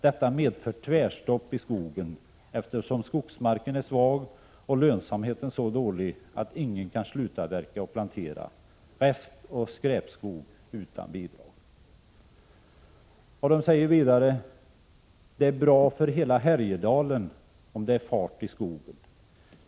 Detta medför tvärstopp i skogen, eftersom skogsmarken är svag och lönsamheten så dålig att ingen kan slutavverka och plantera, restoch skräpskog, utan bidrag.” Vidare sägs: ”Det är bra för hela Härjedalen om det är fart i skogen.